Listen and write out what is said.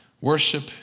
Worship